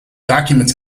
documents